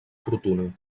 fortuna